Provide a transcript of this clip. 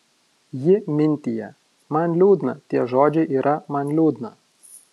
ji mintija man liūdna tie žodžiai yra man liūdna